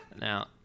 now